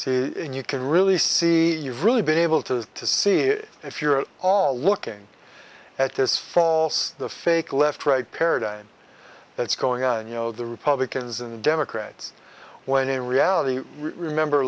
see you can really see you've really been able to to see if you're at all looking at this false fake left right paradigm that's going on and you know the republicans and democrats when in reality remember